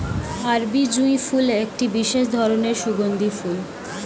আরবি জুঁই ফুল একটি বিশেষ ধরনের সুগন্ধি ফুল